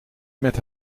met